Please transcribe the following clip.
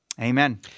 Amen